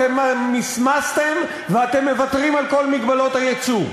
אתם מסמסתם ואתם מוותרים על כל מגבלות היצוא.